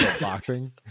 Boxing